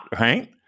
right